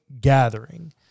gathering